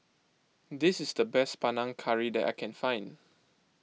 this is the best Panang Curry that I can find